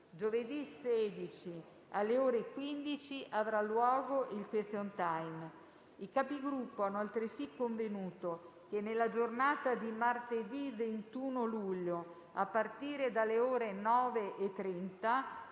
Giovedì 16, alle ore 15, avrà luogo il *question time*. I Capigruppo hanno altresì convenuto che nella giornata di martedì 21 luglio, a partire dalle ore 9,30,